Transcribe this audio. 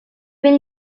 ben